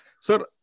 sir